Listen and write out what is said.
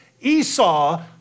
Esau